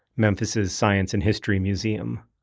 memphis's science and history museum.